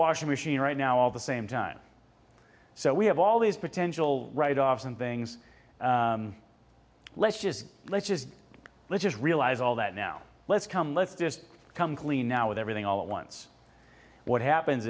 washing machine right now all the same time so we have all these potential write offs and things let's just let's just let's just realize all that now let's come let's just come clean now with everything all at once what happens